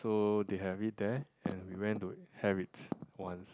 so they have it there and we went to have it once